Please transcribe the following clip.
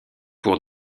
pour